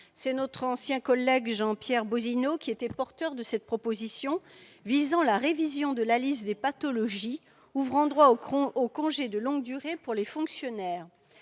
Notre ancien collègue Jean-Pierre Bosino fut à l'initiative de cette proposition visant à réviser la liste des pathologies ouvrant droit au congé de longue durée pour les fonctionnaires.